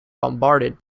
bombarded